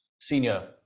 senior